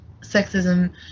sexism